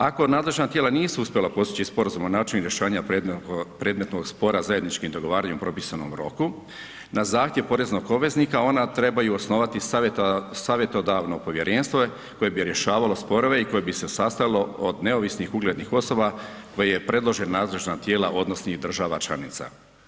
Ako nadležna tijela nisu uspjela postići sporazum o načinu rješavanja predmetnog spora zajedničkim dogovaranjem u propisanom roku, na zahtjev poreznog obveznik, ona trebaju osnivati savjetodavno povjerenstvo koje bi rješavalo sporove i koje bi se sastajalo od neovisnih uglednih osoba koje predlože nadležna tijela odnosnih država članica.